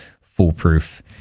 foolproof